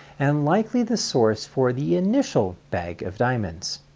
and likely the source for the initial bag of diamonds.